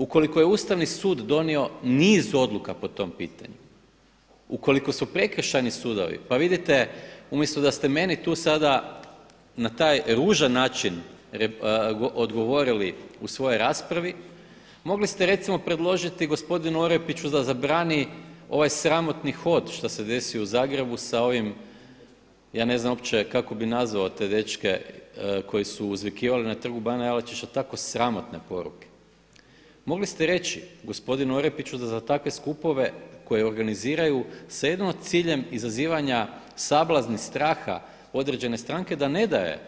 Ukoliko je Ustavni sud donio niz odluka po tom pitanju, ukoliko su prekršajni sudovi pa vidite umjesto da ste meni tu sada na taj ružan način odgovorili u svojoj raspravi, mogli ste recimo predložiti gospodinu Orepiću da zabrani ovaj sramotni hod što se desio u Zagrebu sa ovim, ja ne znam uopće kako bi nazvao te dečke koji su uzvikivali na Trgu bana Jelačića tako sramotne poruke, mogli ste reći gospodinu Orepiću da za takve skupove koje organiziraju sa jedino ciljem izazivanja sablazni, straha određene stranke da ne daje